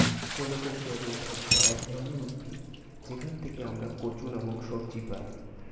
colocasia root হচ্ছে এক ধরনের উদ্ভিদ যেখান থেকে আমরা কচু নামক সবজি পাই